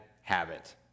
habit